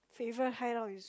favourite hideout is